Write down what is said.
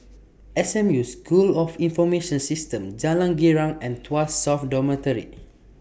S M U School of Information Systems Jalan Girang and Tuas South Dormitory